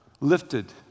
lifted